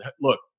look